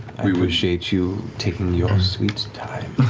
i appreciate you taking your sweet time.